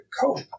cope